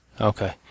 Okay